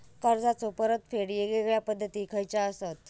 कर्जाचो परतफेड येगयेगल्या पद्धती खयच्या असात?